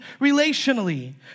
relationally